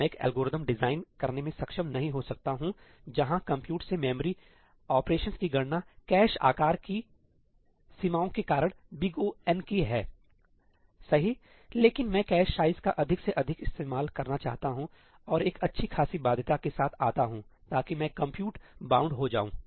मैं एक algorithm design करने में सक्षम नहीं हो सकता हूं जहां कंप्यूट से मेमोरी ऑपरेशन की गणना कैश आकार की सीमाओं के कारण O की हैसही हैलेकिन मैं कैश साइज का अधिक से अधिक इस्तेमाल करना चाहता हूं और एक अच्छी खासी बाध्यता के साथ आता हूं ताकि मैं कंप्यूट बाउंड हो जाऊं